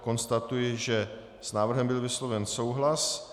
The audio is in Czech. Konstatuji, že s návrhem byl vysloven souhlas.